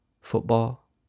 football